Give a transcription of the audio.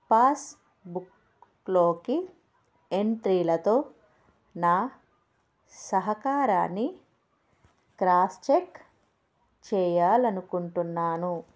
పాస్బుక్లోకి ఎంట్రీలతో నా సహకారాన్ని క్రాస్ చెక్ చేయాలి అనుకుంటున్నాను